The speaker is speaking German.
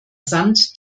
sand